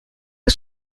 ist